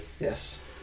yes